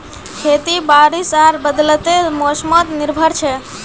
खेती बारिश आर बदलते मोसमोत निर्भर छे